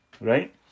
right